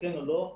כן או לא.